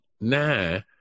now